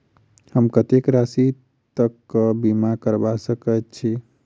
हम कत्तेक राशि तकक बीमा करबा सकैत छी?